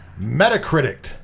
Metacritic